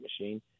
machine